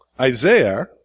Isaiah